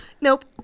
Nope